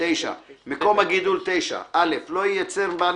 סעיף 9. "מקום הגידול (א)לא ייצר בעל